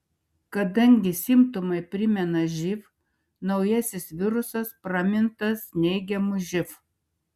kadangi simptomai primena živ naujasis virusas pramintas neigiamu živ